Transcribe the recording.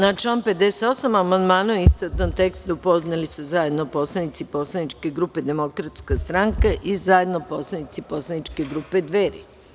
Na član 58. amandmane u istovetnom tekstu podneli su zajedno poslanici poslaničke grupe DS i zajedno poslanici poslaničke grupe Dveri.